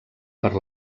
per